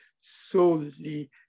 solely